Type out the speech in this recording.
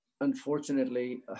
unfortunately